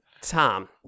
Tom